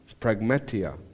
Pragmatia